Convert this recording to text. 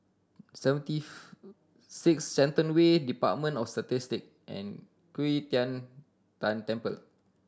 seventyth six Shenton Way Department of Statistic and Qi Tian Tan Temple